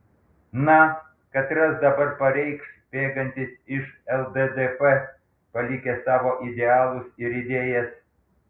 na katras dabar pareikš bėgantis iš lddp palikęs savo idealus ir idėjas